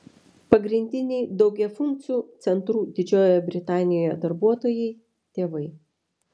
pagrindiniai daugiafunkcių centrų didžiojoje britanijoje darbuotojai tėvai